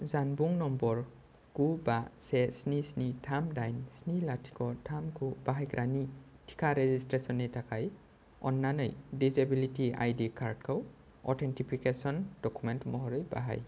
जानबुं नम्बर गु बा से स्नि स्नि थाम दाइन स्नि लाथिख' थाम खौ बाहायग्रानि टिका रेजिसट्रेसननि थाखाय अन्नानै डिजेबिलिटि आइडि कार्डखौ अथेनटिफिकेशन डकुमेन्ट महरै बाहाय